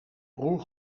broer